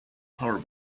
power